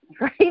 right